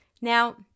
Now